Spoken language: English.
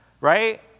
right